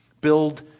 build